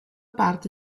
parte